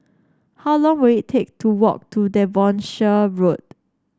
how long will it take to walk to Devonshire Road